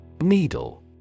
Needle